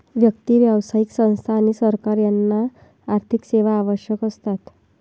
व्यक्ती, व्यावसायिक संस्था आणि सरकार यांना आर्थिक सेवा आवश्यक असतात